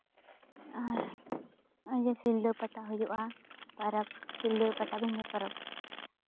ᱟᱨ ᱱᱚᱜᱼᱚᱭ ᱡᱮ ᱥᱤᱞᱫᱟᱹ ᱯᱟᱛᱟ ᱦᱩᱭᱩᱜᱼᱟ ᱯᱚᱨᱚᱵᱽ ᱥᱤᱞᱫᱟᱹ ᱯᱟᱴᱟᱵᱤᱫᱷᱟᱹ ᱯᱚᱨᱚᱵᱽ